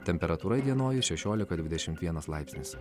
temperatūra įdienojus šešiolika dvidešimt vienas laipsnis